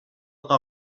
votre